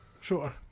Sure